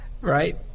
right